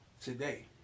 today